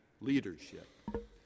leadership